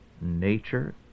nature